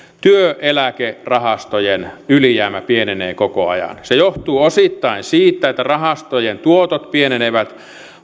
työeläkerahastojen ylijäämä pienenee koko ajan se johtuu osittain siitä että rahastojen tuotot pienenevät